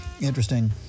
interesting